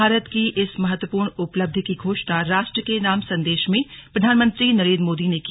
भारत की इस महत्वपूर्ण उपलक्षि की घोषणा राष्ट्र के नाम संदेश में प्रधानमंत्री नरेंद्र मोदी ने की